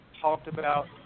talked-about